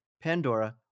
Pandora